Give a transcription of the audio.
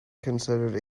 considered